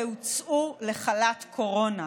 והוצאו לחל"ת קורונה.